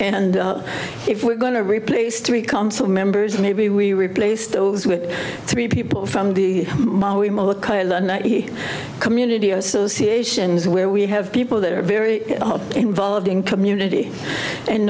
and if we're going to replace three council members maybe we replace those with three people from the community associations where we have people that are very involved in community and